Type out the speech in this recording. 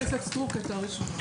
חברת הכנסת סטרוק הייתה הראשונה.